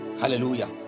hallelujah